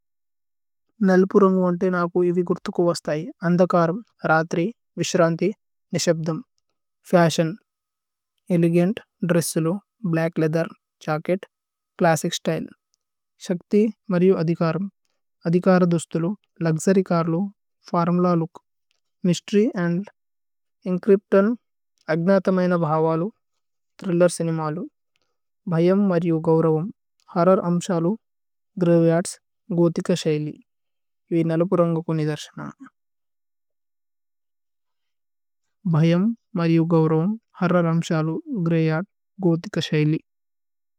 നല്ലപുരന്ഗു വന്തേ നാകു ഇവി ഗുര്ഥുകുവസ്തൈ അന്ദകരമ്, രത്രി, വിശ്രന്തി, നിശബ്ധമ് ഫശിഓന്। ഏലേഗന്ത്, ദ്രേസ്സ്ലു, black leather, jacket, classic. Style ശക്ഥി മരിയു അധികരമ് അധികരദുസ്തുലു। ലുക്സുര്യ് ചര്ലു formula look mystery and encryption. അഗ്നതമേന ഭവലു ഥ്രില്ലേര് സിനിമലു ഭ്ഹയമ് മരിയു। ഗൌരവമ് ഹരര് അമ്ശലു ഗ്രവേയര്ദ്സ്, ഗോതിക ശൈലി।